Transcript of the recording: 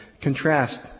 contrast